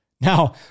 Now